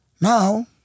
Now